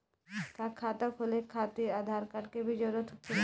का खाता खोले खातिर आधार कार्ड के भी जरूरत होखेला?